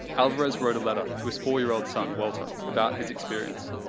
alvarez wrote a letter to his four year old son, walter, about his experience.